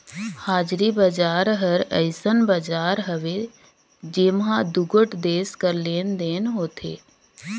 हाजरी बजार हर अइसन बजार हवे जेम्हां दुगोट देस कर लेन देन होथे